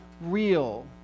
Real